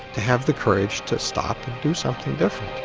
to have the courage to stop and do something different.